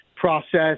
process